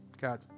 God